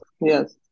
yes